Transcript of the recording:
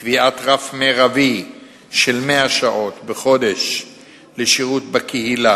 5. קביעת רף מרבי של 100 שעות בחודש לשירות בקהילה.